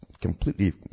completely